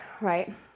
right